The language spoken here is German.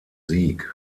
sieg